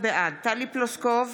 בעד טלי פלוסקוב,